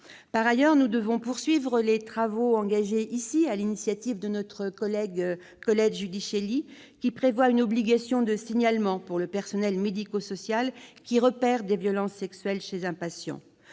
Par ailleurs, nous devons poursuivre les travaux engagés ici sur l'initiative de notre collègue Colette Giudicelli en instaurant une obligation de signalement pour le personnel médico-social qui repère des violences sexuelles chez un patient.